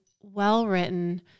well-written